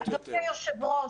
אדוני היושב ראש,